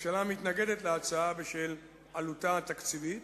הממשלה מתנגדת להצעתה בשל עלותה התקציבית,